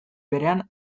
berean